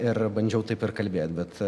ir bandžiau taip ir kalbėt bet